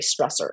stressor